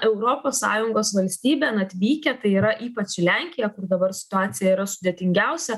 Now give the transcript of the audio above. europos sąjungos valstybėn atvykę tai yra ypač į lenkiją dabar situacija yra sudėtingiausia